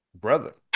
Brother